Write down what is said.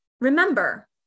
remember